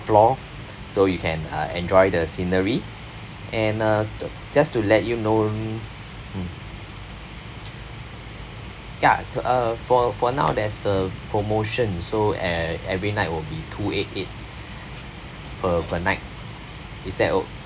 floor so you can uh enjoy the scenery and uh just to let you know hmm ya to uh for for now there's a promotion so e~ every night will be two eight eight per per night is that